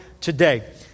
today